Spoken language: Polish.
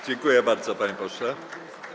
Dziękuję bardzo, panie pośle.